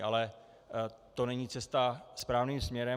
Ale to není cesta správným směrem.